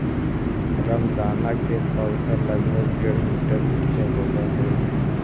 रामदाना के पौधा लगभग डेढ़ मीटर ऊंचा होवऽ हइ